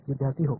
மாணவர் ஆம்